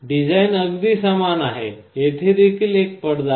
design अगदी समान आहे येथे देखील एक पडदा आहे